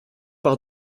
par